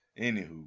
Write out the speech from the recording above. Anywho